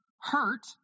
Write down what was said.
hurt